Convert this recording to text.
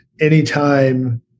anytime